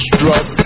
Struck